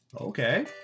Okay